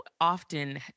often